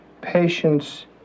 patients